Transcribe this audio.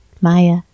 Maya